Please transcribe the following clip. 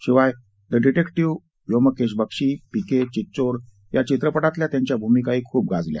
शिवाय the detective Byomkesh Bakshi PK Chitchor या चित्रपटातील त्यांच्या भूमिकाही खूप गाजल्या